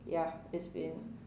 ya it's been